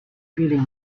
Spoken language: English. feeling